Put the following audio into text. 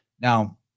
Now